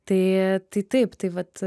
tai tai taip tai vat